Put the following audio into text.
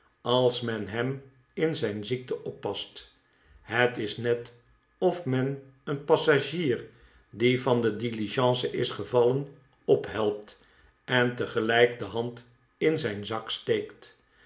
als men hem in zijn ziekte oppast het is net of men een passagier die van de diligence is gevallen ophelpt en tegelijk de hand in zijn zak steekt